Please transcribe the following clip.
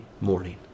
morning